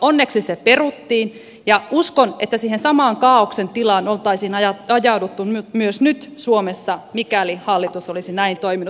onneksi se peruttiin ja uskon että siihen samaan kaaoksen tilaan oltaisiin ajauduttu myös nyt suomessa mikäli hallitus olisi näin toiminut